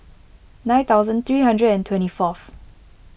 nine thousand three hundred and twenty fourth